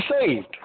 saved